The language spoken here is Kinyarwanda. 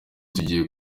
tugiye